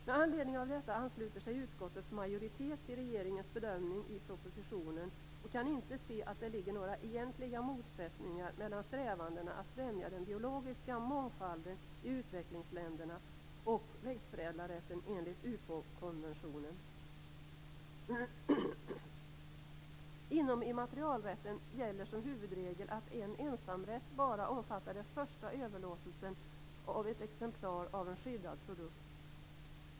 Med anledning av detta ansluter sig utskottets majoritet till regeringens bedömning i propositionen och kan inte se att det ligger några egentliga motsättningar mellan strävandena att främja den biologiska mångfalden i utvecklingsländerna och växtförädlarrätten enligt UPOV-konventionen. Inom immaterialrätten gäller som huvudregel att en ensamrätt bara omfattar den första överlåtelsen av ett exemplar av en skyddad produkt.